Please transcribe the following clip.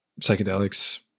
psychedelics